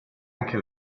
anche